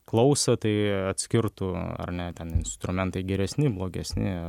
klausą tai atskirtų ar ne ten instrumentai geresni blogesni